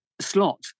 slot